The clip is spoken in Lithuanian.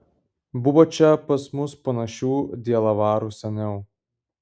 buvo čia pas mus panašių dielavarų seniau